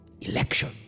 Election